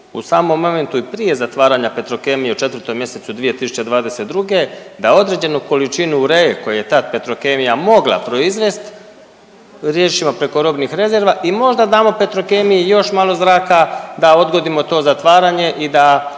u samom momentu i prije zatvaranja Petrokemije u 4. mjesecu 2022. da određenu količinu uree koju je tad Petrokemija mogla proizvesti riješimo preko robnih rezerva i možda damo Petrokemiji još malo zraka da odgodimo to zatvaranje i da